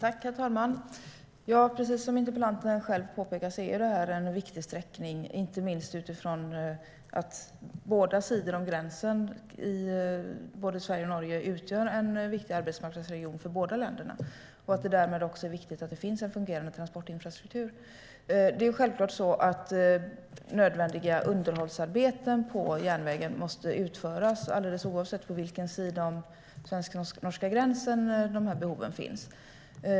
Herr talman! Precis som interpellanten själv påpekar är det här en viktig sträckning, inte minst utifrån att båda sidor om gränsen - både Sverige och Norge - utgör en viktig arbetsmarknadsregion för båda länderna. Det är därmed viktigt att det finns en fungerande transportinfrastruktur. Det är självklart så att nödvändiga underhållsarbeten på järnvägen måste utföras, alldeles oavsett på vilken sida om den svensk-norska gränsen behoven finns.